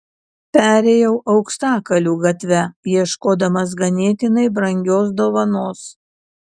perėjau auksakalių gatve ieškodamas ganėtinai brangios dovanos